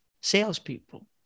salespeople